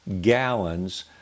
gallons